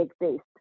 exist